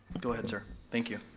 go ahead, sir. thank you.